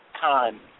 time